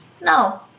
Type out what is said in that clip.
No